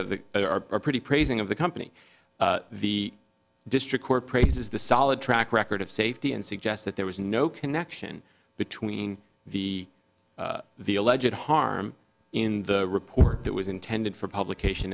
the pretty praising of the company the district court praises the solid track record of safety and suggests that there was no connection between the the alleged harm in the report that was intended for publication